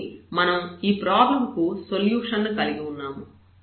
కాబట్టి మనం ఈ ప్రాబ్లం కు సొల్యూషన్ ను కలిగి ఉన్నాము